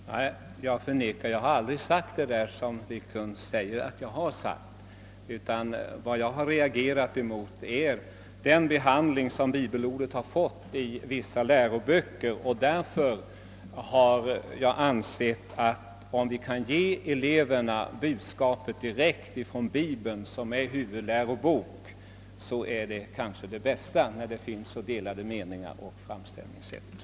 Herr talman! Jag förnekar detta. Jag har aldrig sagt det som herr Wiklund i Härnösand påstår att jag sagt, utan jag har reagerat mot den behandling som bibelordet fått i vissa läroböcker. Jag har ansett att det vore bäst, om vi kunde ge eleverna budskapet direkt från Bibeln som är huvudlärobok, eftersom det föreligger så delade meningar och olikartade framställningssätt när det gäller att ge eleverna Bibelns budskap.